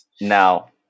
Now